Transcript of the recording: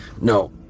No